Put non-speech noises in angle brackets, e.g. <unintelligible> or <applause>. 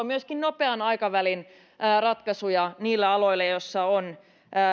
<unintelligible> myöskin nopean aikavälin ratkaisuja niille aloille joilla on